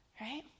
Right